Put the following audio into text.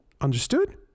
Understood